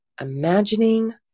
imagining